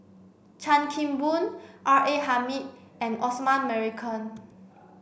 Chan Kim Boon R A Hamid and Osman Merican